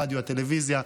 הרדיו והטלוויזיה.